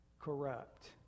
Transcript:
corrupt